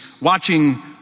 watching